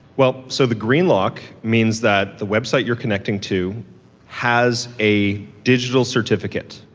well, so the green lock means that the website you're connecting to has a digital certificate,